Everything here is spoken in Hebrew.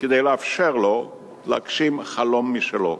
כדי לאפשר לו להגשים חלום משלו.